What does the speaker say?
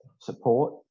support